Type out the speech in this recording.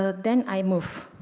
ah then i move.